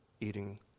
Eating